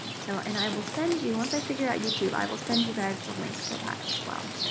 so and i will send you once i figure out youtube i will send you guys the link for that as well.